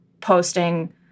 posting